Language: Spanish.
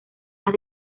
las